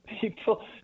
people